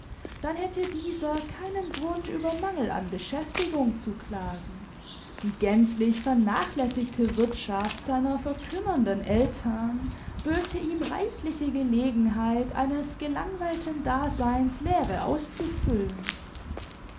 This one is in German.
dann hätte dieser keinen grund über mangel an beschäftigung zu klagen die gänzlich vernachlässigte wirthschaft seiner verkümmernden eltern böte ihm reichliche gelegenheit eines gelangweilten daseins leere auszufüllen